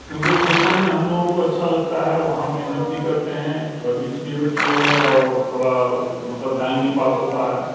کیونکہ کھیتوں میں ہم لوگوں کو اچھا لگتا ہے وہاں محنت بھی کرتے ہیں ورزش بھی ہوتی ہے اور تھوڑا مطلب ٹائم بھی پاس ہوتا ہے